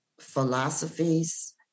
philosophies